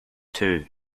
two